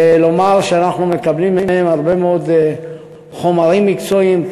ולומר שאנחנו מקבלים מהם הרבה מאוד חומרים מקצועיים,